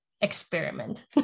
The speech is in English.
experiment